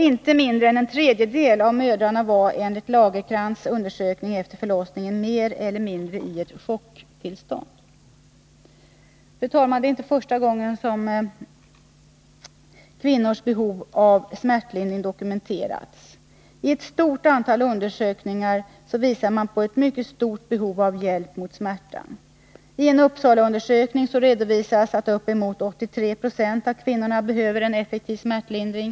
Inte mindre än en tredjedel av mödrarna var enligt Lagercrantz undersökning efter förlossningen mer eller mindre i ett chocktillstånd. Fru talman! Det är inte första gången som kvinnors behov av smärtlindring dokumenterats. Ett stort antal undersökningar visar på ett mycket stort behov av hjälp mot smärtan. I en Uppsalaundersökning redovisas att uppemot 83 20 av kvinnorna behöver effektiv smärtlindring.